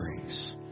grace